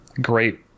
great